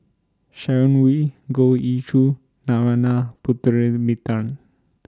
Sharon Wee Goh Ee Choo Narana Putumaippittan